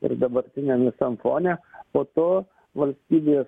ir dabartiniam visam fone po to valstybės